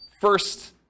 first